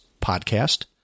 podcast